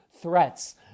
threats